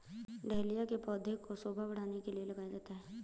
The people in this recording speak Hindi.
डहेलिया के पौधे को शोभा बढ़ाने के लिए लगाया जाता है